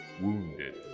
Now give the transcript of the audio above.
wounded